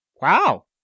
Wow